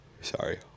sorry